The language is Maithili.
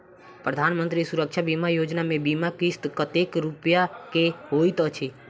प्रधानमंत्री सुरक्षा बीमा योजना मे बीमा किस्त कतेक रूपया केँ होइत अछि?